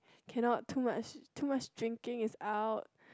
cannot too much too much drinking is out